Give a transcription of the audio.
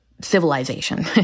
civilization